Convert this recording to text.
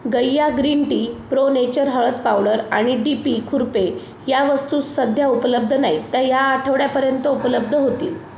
गइय्या green tea pro nature हळद powder आणि D P खुरपे या वस्तू सध्या उपलब्ध नाहीत त्या ह्या आठवड्यापर्यंत उपलब्ध होतील